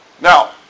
Now